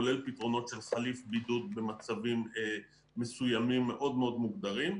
כולל פתרונות של חליף בידוד במצבים מסוימים מאוד מאוד מוגדרים.